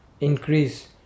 increase